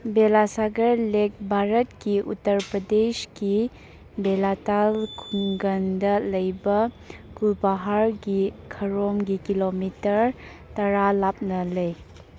Belasagar lake ꯚꯥꯔꯠꯀꯤ ꯎꯠꯇ꯭ꯔ ꯄ꯭ꯔꯗꯦꯖꯀꯤ ꯕꯦꯂꯥꯇꯥꯜ ꯈꯨꯡꯒꯪꯗ ꯂꯩꯕ ꯀꯨꯜꯄꯥꯍꯥꯔꯒꯤ ꯈꯥꯔꯣꯝꯒꯤ ꯀꯤꯂꯣꯃꯤꯇꯔ ꯇꯔꯥ ꯂꯥꯞꯅ ꯂꯩ